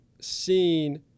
seen